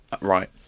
Right